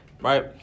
right